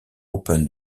open